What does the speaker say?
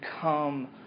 come